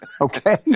okay